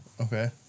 Okay